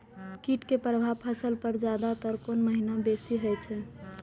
कीट के प्रभाव फसल पर ज्यादा तर कोन महीना बेसी होई छै?